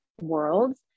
worlds